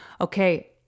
okay